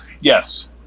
yes